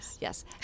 Yes